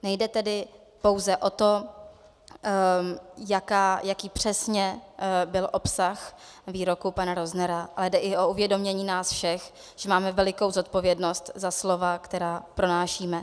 Nejde tedy pouze o to, jaký přesně byl obsah výroku pana Roznera, ale jde i o uvědomění nás všech, že máme velikou zodpovědnost za slova, která pronášíme.